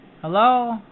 Hello